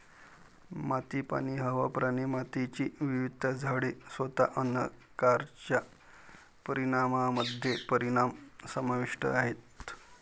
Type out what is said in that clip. माती, पाणी, हवा, प्राणी, मातीची विविधता, झाडे, स्वतः अन्न कारच्या परिणामामध्ये परिणाम समाविष्ट आहेत